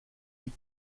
niet